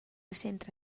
centra